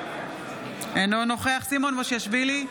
אינו נוכח סימון מושיאשוילי,